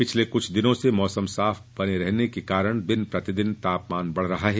पिछले कुछ दिनों से मौसम साफ बने रहने के कारण दिन प्रतिदिन तापमान बढ़ रहा है